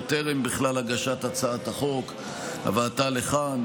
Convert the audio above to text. עוד טרם הגשת הצעת החוק והבאתה לכאן